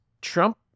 Trump